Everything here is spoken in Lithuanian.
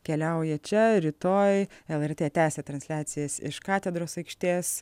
keliauja čia rytoj lrt tęsia transliacijas iš katedros aikštės